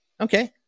Okay